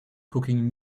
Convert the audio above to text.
cooking